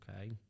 okay